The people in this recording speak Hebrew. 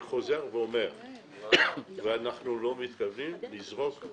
אני חוזר ואומר שאנחנו לא מתכוונים לזרוק,